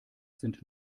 sind